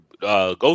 go